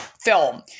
film